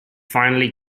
finally